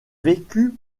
vécu